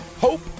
Hope